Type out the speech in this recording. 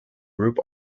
group